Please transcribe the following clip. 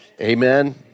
amen